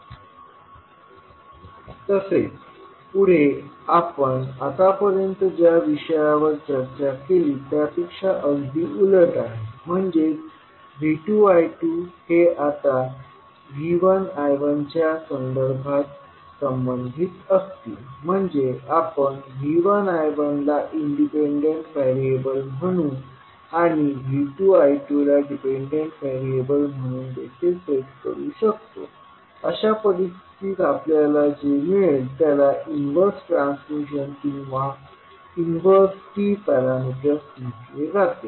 तसेच पुढे आपण आतापर्यंत ज्या विषयावर चर्चा केली त्यापेक्षा अगदी उलट आहे म्हणजेच V2 I2 हे आता V1 I1 च्या संदर्भात संबंधित असतील म्हणजे आपण V1 I1 ला इंडिपेंडंट व्हेरिएबल्स म्हणून आणि V2 I2 ला डिपेंडंट व्हेरिएबल्स म्हणून देखील सेट करू शकतो अशा परिस्थितीत आपल्याला जे मिळते त्याला इन्वर्स ट्रान्समिशन किंवा इन्वर्स T पॅरामीटर्स म्हटले जाते